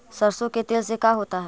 सरसों के तेल से का होता है?